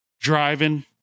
driving